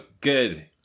good